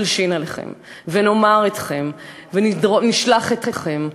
נלשין עליכם ונאמר אתכם ונשלח אתכם.